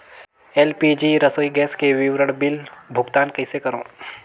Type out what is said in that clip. LPG रसोई gas के विवरण बिल भुगतान कइसे करों?